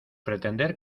pretender